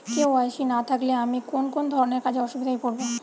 KYC না থাকলে আমি কোন কোন ধরনের কাজে অসুবিধায় পড়ব?